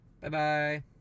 Bye-bye